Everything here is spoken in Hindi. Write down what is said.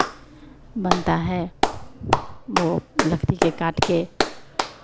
बनता है वो लकड़ी के काट के